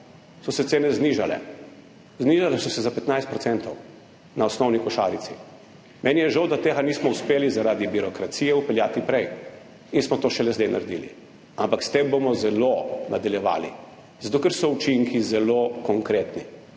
meseca znižale, znižale so se za 15 % na osnovni košarici. Meni je žal, da tega nismo uspeli zaradi birokracije vpeljati prej in smo to šele zdaj naredili. Ampak s tem bomo zagotovo nadaljevali, zato ker so učinki zelo konkretni.